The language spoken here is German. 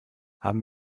haben